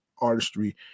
artistry